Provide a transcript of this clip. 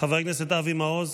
חבר הכנסת אבי מעוז,